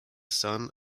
son